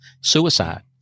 suicide